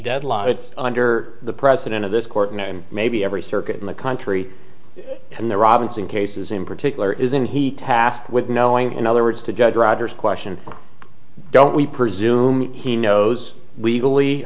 deadline it's under the president of this court and maybe every circuit in the country and the robinson cases in particular isn't he tasked with knowing in other words to judge rogers question don't we presume he knows